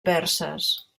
perses